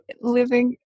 Living